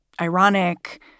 ironic